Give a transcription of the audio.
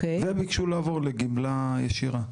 וביקשו לעבור לגמלה ישירה.